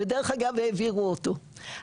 ודרך אגב העבירו אותו,